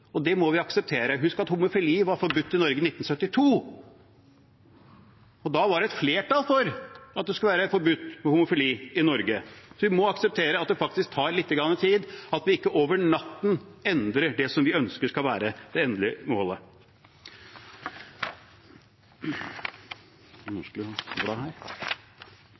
og det må vi akseptere. Husk at homofili var forbudt i Norge i 1972, og da var et flertall for at det skulle være forbudt med homofili i Norge. Så vi må akseptere at det faktisk tar lite grann tid, at vi ikke over natten endrer det til det vi ønsker skal være det endelige målet.